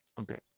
okay